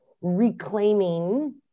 reclaiming